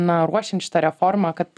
na ruošiant šitą reformą kad